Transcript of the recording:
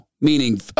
meaning